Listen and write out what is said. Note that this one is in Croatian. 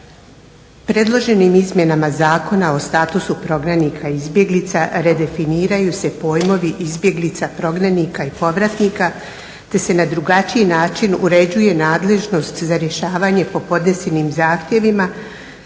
Predloženim izmjenama zakona o statusu prognanika, izbjeglica redefiniraju se pojmovi izbjeglica, prognanika i povratnika te se na drugačiji način uređuje nadležnost za rješavanje po podnesenim zahtjevima